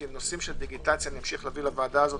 כי נושאים של דיגיטציה נמשיך להביא לוועדה הזאת